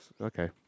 Okay